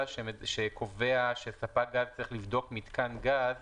שקובע שספק גז צריך לבדוק מיתקן גז